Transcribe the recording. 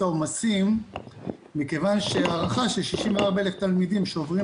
העומס מכיוון שההערכה היא ש-64,000 תלמידים שעוברים